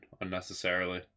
unnecessarily